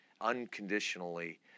unconditionally